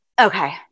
Okay